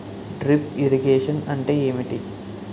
Drip irrigation అంటే ఏమిటి?